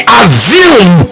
assume